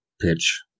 pitch